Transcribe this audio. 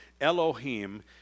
Elohim